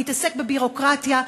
להתעסק בביורוקרטיה,